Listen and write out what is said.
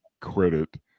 credit